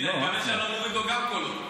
אני מקווה שאני לא מוריד לו גם קולות.